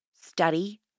study